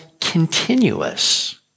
continuous